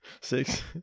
six